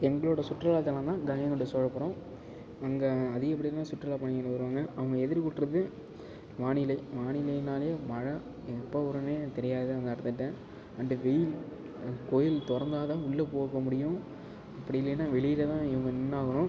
எங்களோடய சுற்றுலா தலம்னால் கங்கைகொண்ட சோழபுரம் அங்கே அதிகப்படியான சுற்றுலா பயணிகள் வருவாங்க அவங்க எதிர்கொள்வது வானிலை வானிலைன்னாலே மழை எப்போ வருன்னே தெரியாது அந்த இடத்துட்ட அண்டு வெயில் கோயில் திறந்தாதான் உள்ளே போக முடியும் அப்படி இல்லைன்னா வெளியில்தான் இவங்க நின்றாகணும்